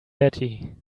batty